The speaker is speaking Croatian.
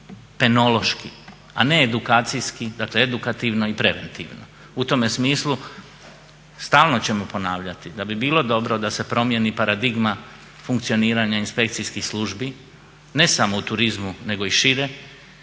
penološki a ne edukacijski, dakle edukativno i preventivno. U tome smislu stalno ćemo ponavljati da bi bilo dobro da se promijeni paradigma funkcioniranja inspekcijskih službi ne samo u turizmu nego i šire